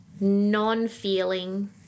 non-feeling